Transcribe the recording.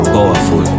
Powerful